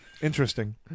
Interesting